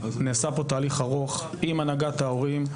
נעשה פה תהליך ארוך עם הנהגת ההורים.